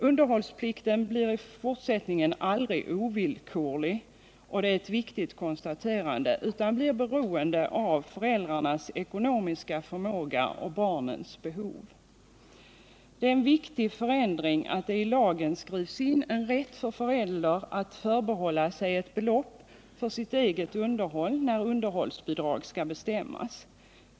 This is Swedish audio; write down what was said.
Underhållsplikten blir i fortsättningen aldrig ovillkorlig — och det är ett viktigt konstaterande — utan blir beroende av föräldrarnas ekonomiska förmåga och barnens behov. Det är en viktig förändring att det i lagen skrivs in en rätt för en förälder att förbehålla sig ett belopp för sitt eget underhåll när underhållsbidrag skall bestämmas.